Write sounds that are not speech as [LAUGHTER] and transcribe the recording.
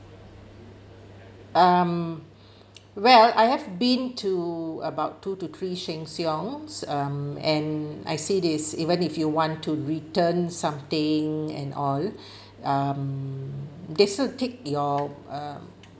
um well I have been to about two to three sheng siong um and I see this even if you want to return something and all [BREATH] um they still take your uh